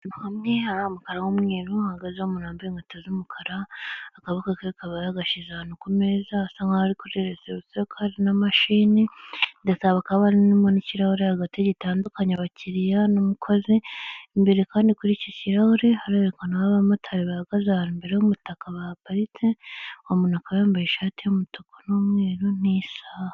Ahantu hamwe hari umweru hahagazeho umuntu wambaye inkweto z'umukara akaboko ke akaba yagashyize ahantu ku meza hasa nkaho ari kuri resepusiyo kuko hari na mashini ndetse hakaba harimo n'ikirahure hagati gitandukanya abakiriya n'umukozi, imbere kandi kuri icyo kirahure harerekana aho abamotari bahagaze ahantu imbere y'umutaka bahaparitse, uwo muntu akaba yambaye ishati' y'umutuku n'umweru n'isaha.